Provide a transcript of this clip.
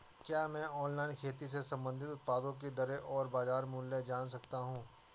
क्या मैं ऑनलाइन खेती से संबंधित उत्पादों की दरें और बाज़ार मूल्य जान सकता हूँ?